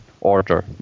order